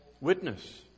witness